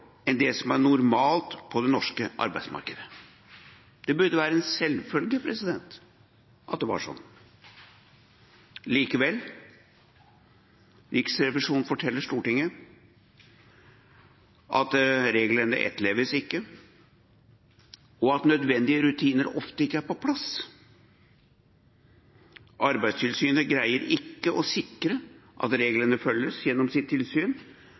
enn det som er normalt på det norske arbeidsmarkedet. Det burde være en selvfølge at det var slik. Likevel forteller Riksrevisjonen Stortinget at reglene ikke etterleves, og at nødvendige rutiner ofte ikke er på plass. Arbeidstilsynet greier ikke gjennom sitt tilsyn å sikre at reglene følges,